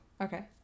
Okay